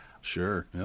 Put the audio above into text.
Sure